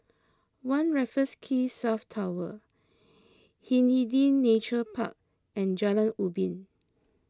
one Raffles Quay South Tower Hindhede Nature Park and Jalan Ubin